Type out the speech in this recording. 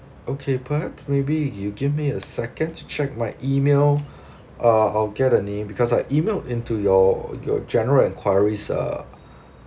okay perhaps maybe you give me a second to check my email uh I'll get a name because I emailed into your your general enquiries uh